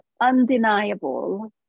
undeniable